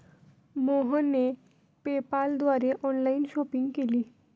मोहनने पेपाल द्वारे online shopping केली